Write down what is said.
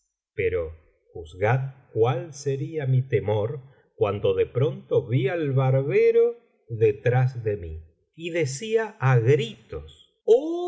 pero juzgad cuál sería mi temor cuando de pronto vi al barbero detrás de mí y decía á gritos oh